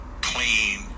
clean